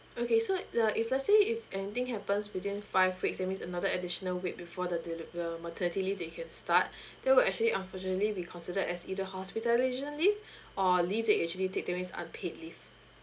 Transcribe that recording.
okay so uh if let's say if anything happens within five weeks that means another additional week before the deli~ the maternity leave that you can start that will actually unfortunately we consider as either hospitalisation leave or leave that you actually take during unpaid leave